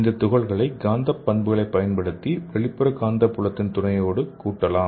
இந்த துகள்களை காந்த பண்புகளைப் பயன்படுத்தி வெளிப்புற காந்தப்புலத்தின் துணையோடு கூட்டலாம்